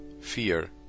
Fear